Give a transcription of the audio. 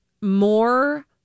more